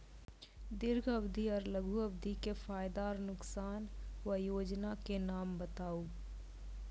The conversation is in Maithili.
दीर्घ अवधि आर लघु अवधि के फायदा आर नुकसान? वयोजना के नाम बताऊ?